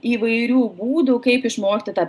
įvairių būdų kaip išmokti tą